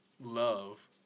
love